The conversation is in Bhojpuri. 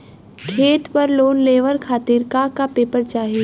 खेत पर लोन लेवल खातिर का का पेपर चाही?